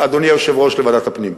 אדוני היושב-ראש, לוועדת הפנים.